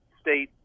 state